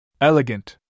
Elegant